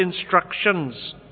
instructions